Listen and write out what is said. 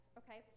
okay